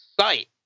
site